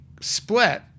split